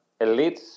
elites